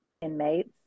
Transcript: inmates